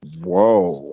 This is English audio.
Whoa